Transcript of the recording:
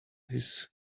his